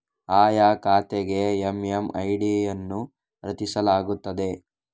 ಆಯಾ ಖಾತೆಗೆ ಎಮ್.ಎಮ್.ಐ.ಡಿ ಅನ್ನು ರಚಿಸಲಾಗುತ್ತದೆ